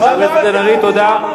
חבר הכנסת בן-ארי, תודה.